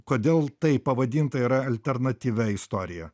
kodėl tai pavadinta yra alternatyvia istorija